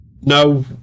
No